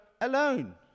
alone